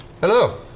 Hello